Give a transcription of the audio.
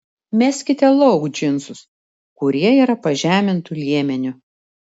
meskite lauk džinsus kurie yra pažemintu liemeniu